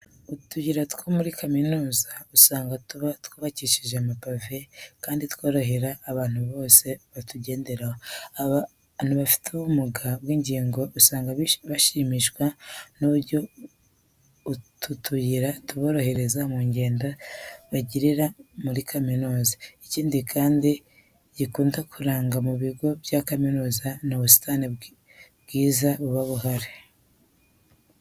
Utuyira two muri kaminuza usanga tuba twubakishije amapave kandi tworohera abantu bose kutugenderaho. Abantu bafite ubumuga bw'ingingo usanga bashimishwa n'uburyo utu tuyira tuborohereza mu ngendo bagirira muri kaminuza. Ikindi kandi gikunda kuranga mu bigo bya kaminuza ni ubusitani bwiza buba buhari.